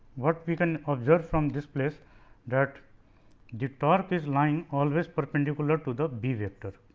what we can observe from this place that the torque is lying always perpendicular to the b vector